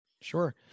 Sure